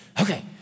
okay